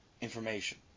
information